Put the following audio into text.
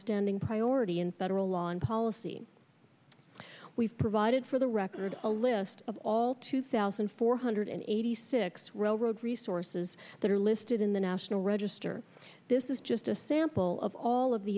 standing priority in federal law and policy we've provided for the record a list of all two thousand four hundred and eighty six railroad resources that are listed in the national register this is just a sample of all of the